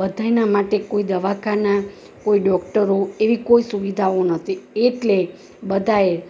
બધાય ને માટે કોઈ દવાખાનાં કોઈ ડોકટરો એવી કોઈ સુવિધાઓ નહોતી એટલે બધાંએ